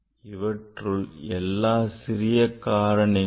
இவற்றுள் எல்லாம் சிறிய காரணிகள்